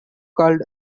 called